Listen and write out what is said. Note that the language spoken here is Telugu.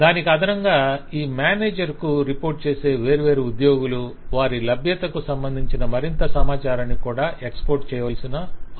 దానికి అదనంగా ఈ మేనేజర్కు రిపోర్ట్ చేసే వేర్వేరు ఉద్యోగులు వారి లభ్యతకు సంబంధించిన మరింత సమాచారాన్ని కూడా ఎక్స్ పోర్ట్ చేయవలసి ఉంటుంది